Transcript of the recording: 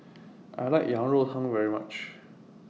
I like Yang Rou Tang very much